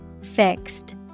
Fixed